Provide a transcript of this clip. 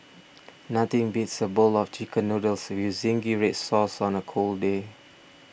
nothing beats a bowl of Chicken Noodles with Zingy Red Sauce on a cold day